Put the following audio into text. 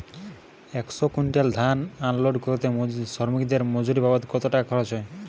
একশো কুইন্টাল ধান আনলোড করতে শ্রমিকের মজুরি বাবদ কত টাকা খরচ হয়?